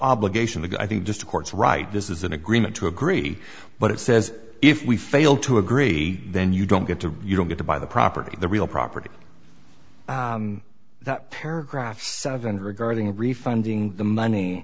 obligation to go i think just of course right this is an agreement to agree but it says if we fail to agree then you don't get to you don't get to buy the property the real property that paragraph seven regarding refunding the money